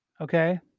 Okay